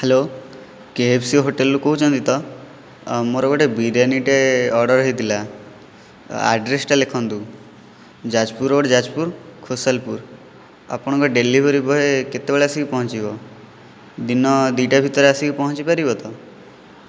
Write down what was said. hello KFC ହୋଟେଲ୍ରୁ କହୁଛନ୍ତି ତ ମୋର ଗୋଟିଏ ବିରିୟାନିଟିଏ ଅର୍ଡ଼ର ହୋଇଥିଲା ଆଡ୍ରେସ୍ଟା ଲେଖନ୍ତୁ ଯାଜପୁର ରୋଡ୍ ଯାଜପୁର ଖୋସଲପୁର ଆପଣଙ୍କ ଡେଲିଭରି ବୟ କେତେବେଳେ ଆସିକି ପହଞ୍ଚିବ ଦିନ ଦୁଇଟା ଭିତରେ ଆସିକି ପହଞ୍ଚିପାରିବ ତ